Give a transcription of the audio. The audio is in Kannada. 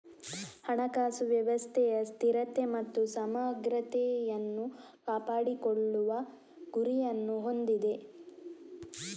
ಹಣಕಾಸು ವ್ಯವಸ್ಥೆಯ ಸ್ಥಿರತೆ ಮತ್ತು ಸಮಗ್ರತೆಯನ್ನು ಕಾಪಾಡಿಕೊಳ್ಳುವ ಗುರಿಯನ್ನು ಹೊಂದಿದೆ